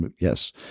yes